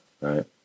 right